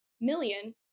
million